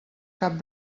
cap